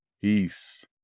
Peace